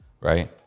right